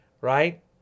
right